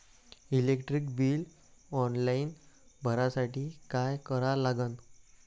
Electric bill online भरासाठी का करा लागन?